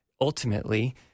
ultimately